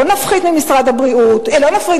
לא נפחית ממשרד החינוך,